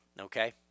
okay